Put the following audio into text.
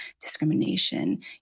discrimination